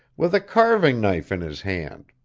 with a carving-knife in his hand.